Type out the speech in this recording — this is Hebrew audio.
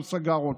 והוא סגר אותה.